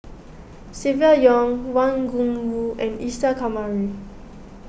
Silvia Yong Wang Gungwu and Isa Kamari